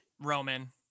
Roman